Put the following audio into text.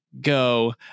Go